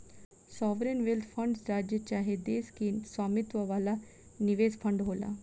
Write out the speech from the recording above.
sovereign wealth fund राज्य चाहे देश के स्वामित्व वाला निवेश फंड होला